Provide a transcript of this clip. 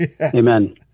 Amen